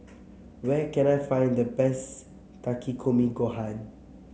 where can I find the best Takikomi Gohan